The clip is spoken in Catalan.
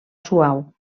suau